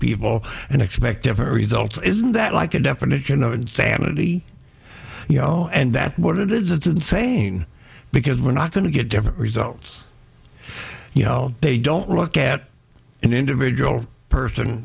people and expect different results isn't that like a definition of insanity you know and that's what it is it's insane because we're not going to get different results you know they don't look at an individual person